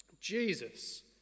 Jesus